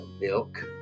milk